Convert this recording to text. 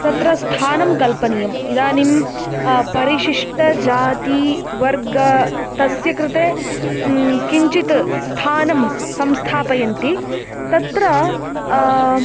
तत्र स्थानं कल्पनीयम् इदानीं परिशिष्टजातिः वर्ग तस्य कृते किञ्चित् स्थानं संस्थापयन्ति तत्र